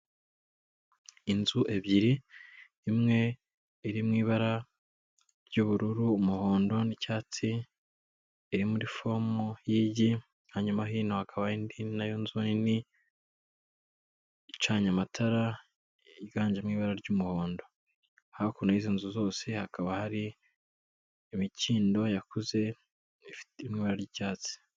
Inzu ebyiri, imwe iri mu ibara ry'ubururu, umuhondo n'icyatsi iri muri fomu y'igi, hanyuma hino hakaba indi nzu nayo nini icanya amatara y'iganjemo ibara ry'umuhondo. Hakurya y'izo nzu zose hakaba hari imikindo yakuze ifite ibara ry'icyatsi.